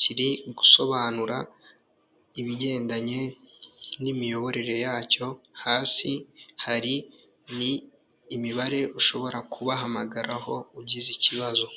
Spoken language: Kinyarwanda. kiri gusobanura ibigendanye n'imiyoborere yacyo. Hasi hari n'imibare ushobora kubahamagaraho ugize ikibazo.